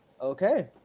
okay